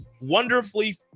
wonderfully